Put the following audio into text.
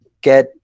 get